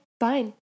fine